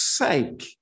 sake